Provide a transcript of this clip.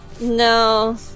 No